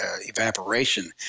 evaporation